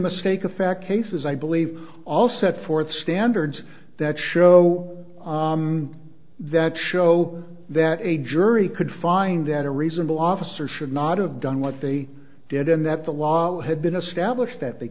mistake of fact cases i believe all set forth standards that show that show that a jury could find that a reasonable officer should not have done what they did and that the law had been established that they